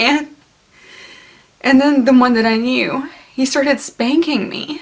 and and then the one that i knew he started spanking me